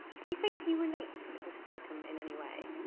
do you think you relate to mrs crocombe in any way?